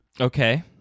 Okay